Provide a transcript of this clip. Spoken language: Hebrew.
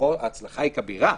ההצלחה כבירה.